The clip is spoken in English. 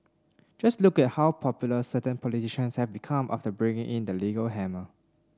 just look at how popular certain politicians have become after bringing in the legal hammer